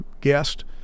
guest